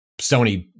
Sony